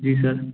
जी sir